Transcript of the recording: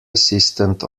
assistant